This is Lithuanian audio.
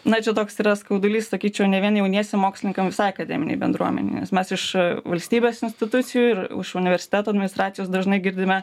na čia toks yra skaudulys sakyčiau ne vien jauniesiem mokslininkam visai akademinei bendruomenei nes mes iš valstybės institucijų ir iš universiteto administracijos dažnai girdime